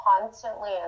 constantly